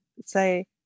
say